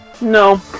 no